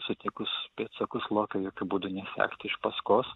sutikus pėdsakus lokio jokiu būdu nesekti iš paskos